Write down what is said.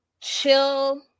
chill